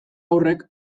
horrek